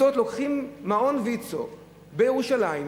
לוקחים מעון ויצו בירושלים,